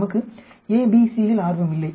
நமக்கு A B C இல் ஆர்வம் இல்லை